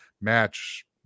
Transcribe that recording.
match